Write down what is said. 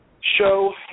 show